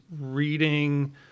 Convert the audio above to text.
reading